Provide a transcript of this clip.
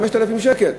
5,000 שקל?